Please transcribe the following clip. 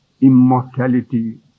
immortality